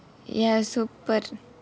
ya so but